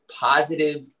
positive